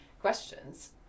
questions